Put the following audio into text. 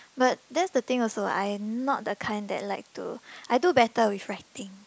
but that's the thing also I'm not the kind that like to I do better with writing